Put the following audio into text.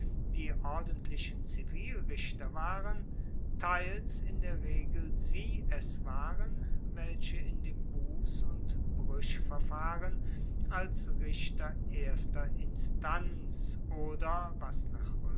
die ordentlichen zivilrichter waren teils in der regel sie es waren welche in dem buss und bruechverfahren als richter erster instanz oder was nach